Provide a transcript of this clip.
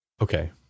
okay